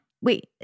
Wait